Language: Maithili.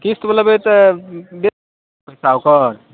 किस्तमे लेबै तऽ बे पैसा ओकर